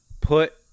Put